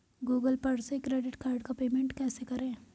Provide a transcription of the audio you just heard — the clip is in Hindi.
गूगल पर से क्रेडिट कार्ड का पेमेंट कैसे करें?